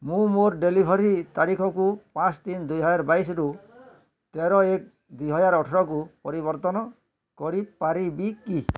ମୁଁ ମୋର ଡେଲିଭରି ତାରିଖକୁ ପାଞ୍ଚ ତିନ ଦୁଇ ହଜାର ବାଇଶରୁ ତେର ଏକ ଦୁଇ ହଜାର ଅଠରକୁ ପରିବର୍ତ୍ତନ କରିପାରିବି କି